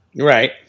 right